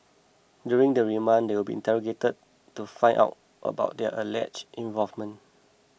during the remand they will be interrogated to find out about their alleged involvement